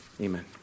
amen